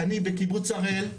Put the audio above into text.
אני בקיבוץ הראל,